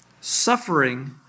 Suffering